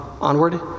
Onward